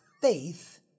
faith